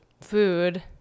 food